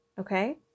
Okay